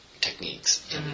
techniques